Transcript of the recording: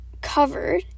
covered